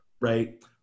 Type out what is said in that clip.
right